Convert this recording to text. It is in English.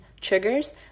triggers